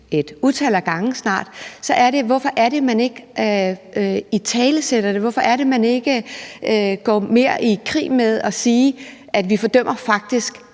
et utal af gange: Hvorfor er det, at man ikke italesætter det, og hvorfor er det, at man ikke går mere i krig med at sige, at man faktisk